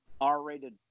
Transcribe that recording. R-rated